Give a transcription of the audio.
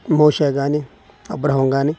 మోషే కానీ అబ్రహం కానీ